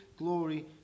glory